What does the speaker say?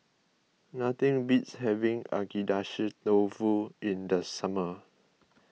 nothing beats having Agedashi Dofu in the summer